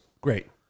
Great